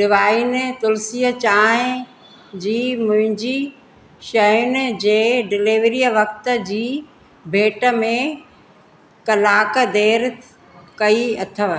divine Tulsi चांहि जी मुंहिंजी शयुनि जे डिलीवरी वक़्त जी भेट में कलाकु देरि कई अथव